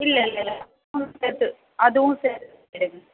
இல்லை இல்லைல்ல மூணும் சேர்த்து அதுவும் சேர்த்து வேணும்